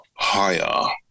higher